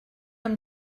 amb